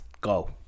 go